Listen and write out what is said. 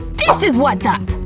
this is what's up!